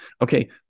Okay